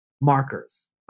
markers